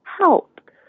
help